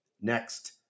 next